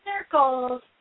circles